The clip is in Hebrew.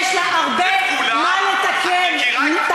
יש לה הרבה מה לתקן, את מכירה את כולה?